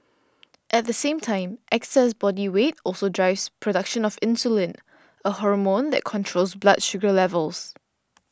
at the same time excess body weight also drives production of insulin a hormone that controls blood sugar levels